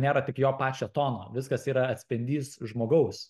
nėra tik jo pačio tono viskas yra atspindys žmogaus